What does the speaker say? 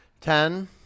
Ten